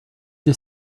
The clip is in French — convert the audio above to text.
des